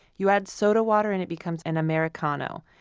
you add soda water and it becomes an americano.